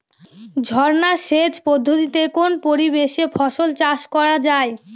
ঝর্না সেচ পদ্ধতিতে কোন পরিবেশে ফসল চাষ করা যায়?